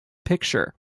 picture